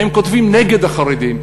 הם כותבים נגד החרדים.